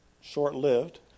short-lived